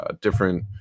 different